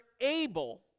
able